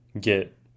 get